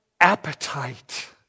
appetite